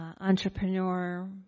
entrepreneur